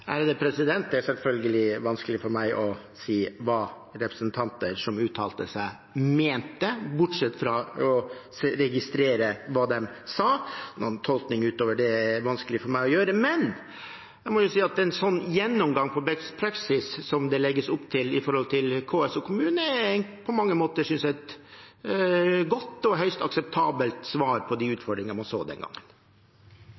Det er selvfølgelig vanskelig for meg å si hva representanter som uttalte seg, mente – bortsett fra å registrere hva de sa. Noen tolking utover det er det vanskelig for meg å gjøre. Men jeg må jo si at en gjennomgang av beste praksis, som det legges opp til overfor KS og kommunene, synes jeg er et godt og høyst akseptabelt svar på de